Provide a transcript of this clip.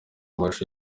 amashusho